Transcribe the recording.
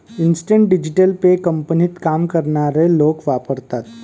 instant digital pay कंपनीत काम करणारे लोक वापरतात